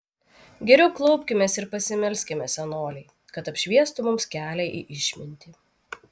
geriau klaupkimės ir pasimelskime senolei kad apšviestų mums kelią į išmintį